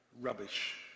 rubbish